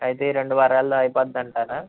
అయితే ఈ రెండు వారలలో అయిపోద్ధి అంటారా